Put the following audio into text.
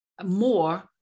more